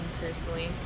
personally